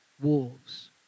wolves